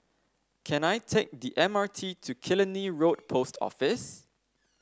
can I take the M R T to Killiney Road Post Office